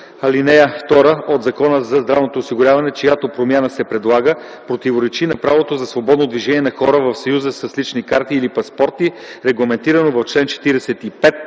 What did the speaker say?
ал. 2 от Закона за здравното осигуряване, чиято промяна се предлага, противоречи на правото за свободно движение на хора в Съюза с лични карти или паспорти, регламентирано в чл. 45